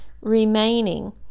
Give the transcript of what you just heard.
remaining